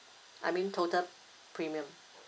I mean total premium